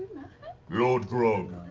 lord grog.